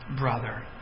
brother